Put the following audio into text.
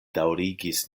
daŭrigis